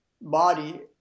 body